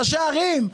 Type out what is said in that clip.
כראשי ערים,